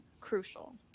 crucial